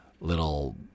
little